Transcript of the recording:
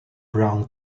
brown